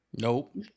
Nope